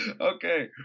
Okay